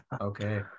okay